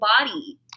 body